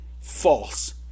false